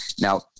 Now